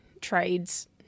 trades